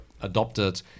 adopted